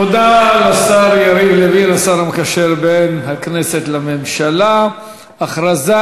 תודה לשר יריב לוין, השר המקשר בין הממשלה לכנסת.